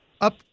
up